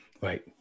Right